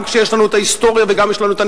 גם כשיש לנו ההיסטוריה והניסיון,